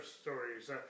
stories